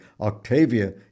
Octavia